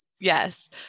Yes